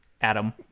Adam